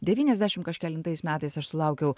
devyniasdešimt kažkelintais metais aš sulaukiau